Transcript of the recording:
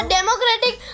Democratic